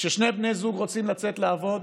כששני בני זוג רוצים לצאת לעבוד,